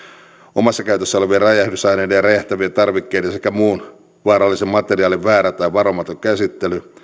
omassa käytössä olevien räjähdysaineiden ja räjähtävien tarvikkeiden sekä muun vaarallisen materiaalin väärä tai varomaton käsittely